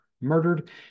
murdered